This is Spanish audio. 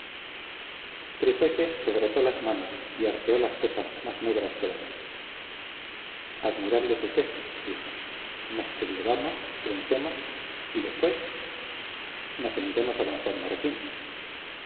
libertad trijueque se frotó las manos y arqueó las cejas más negras que la noche admirable suceso dijo nos sublevamos vencemos y después nos uniremos a d juan martín